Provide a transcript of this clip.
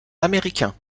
américain